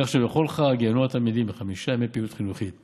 כך שבכל חג ייהנו התלמידים מחמישה ימי פעילות חינוכית.